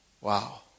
Wow